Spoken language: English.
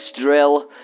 drill